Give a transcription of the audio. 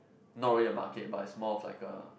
not really a market but is more of like a